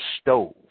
stove